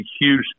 huge